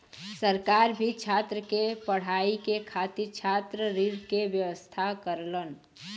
सरकार भी छात्र के पढ़ाई के खातिर छात्र ऋण के व्यवस्था करलन